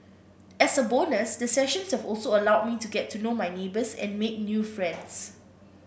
as a bonus the sessions have also allowed me to get to know my neighbours and make new friends